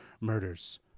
murders